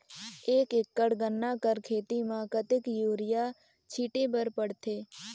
एक एकड़ गन्ना कर खेती म कतेक युरिया छिंटे बर पड़थे?